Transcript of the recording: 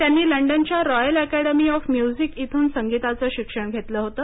त्यांनी लंडनच्या Royal Academy of Music इथून संगीताचे शिक्षण घेतलं होतं